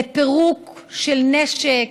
לפירוק של נשק,